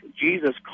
Jesus